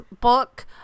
book